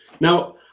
Now